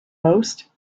most